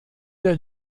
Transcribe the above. der